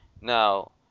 Now